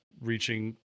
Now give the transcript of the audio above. reaching